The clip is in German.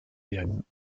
werden